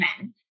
men